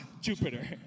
Jupiter